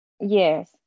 Yes